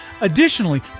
Additionally